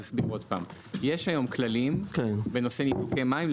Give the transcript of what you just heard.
יש היום כללים בנושא ניתוקי מים,